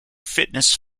fitness